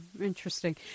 Interesting